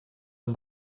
amb